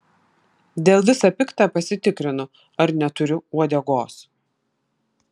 dėl visa pikta pasitikrinu ar neturiu uodegos